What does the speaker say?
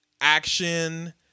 action